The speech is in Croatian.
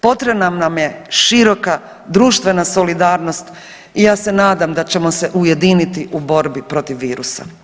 Potrebna nam je široka društvena solidarnost i ja se nadam da ćemo se ujediniti u borbi protiv virusa.